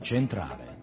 Centrale